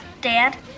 Dad